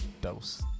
dose